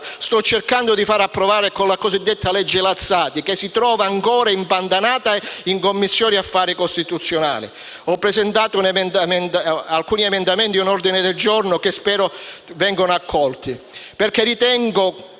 sto cercando di far approvare, la cosiddetta legge Lazzati, e che si trova impantanata in Commissione affari costituzionali. Ho presentato alcuni emendamenti e un ordine del giorno che spero vengano accolti,